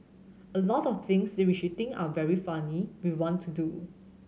a lot of things they which we think are very funny we want to do